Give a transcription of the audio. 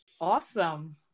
Awesome